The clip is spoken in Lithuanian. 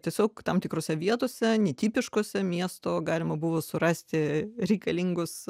tiesiog tam tikrose vietose netipiškose miesto galima buvo surasti reikalingus